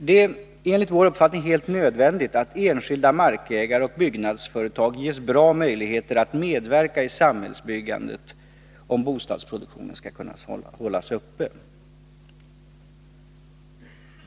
Det är enligt vår uppfattning helt nödvändigt att enskilda markägare och byggnadsföretag ges bra möjligheter att medverka i samhällsbyggandet, om bostadsproduktionen skall kunna hållas uppe.